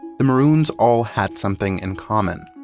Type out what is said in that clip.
the maroons all had something in common.